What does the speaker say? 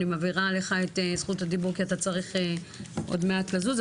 אני מעבירה לך את זכות הדיבור כי אתה צריך עוד מעט לזוז,